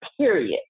period